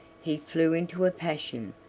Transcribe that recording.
he flew into a passion,